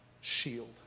shield